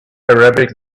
arabic